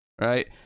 Right